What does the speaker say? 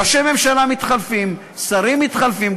ראשי ממשלה מתחלפים, שרים מתחלפים.